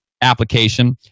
application